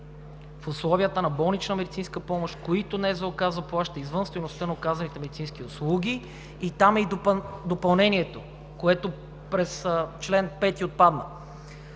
в условията на болнична медицинска помощ, които НЗОК заплаща извън стойността на оказаните медицински услуги“ – и там е и допълнението, което през чл. 5 отпадна